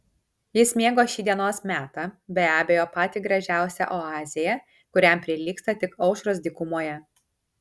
jis mėgo šį dienos metą be abejo patį gražiausią oazėje kuriam prilygsta tik aušros dykumoje